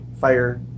fire